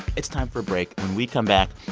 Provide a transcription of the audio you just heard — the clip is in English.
it's time for a break. when we come back,